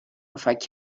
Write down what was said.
پفک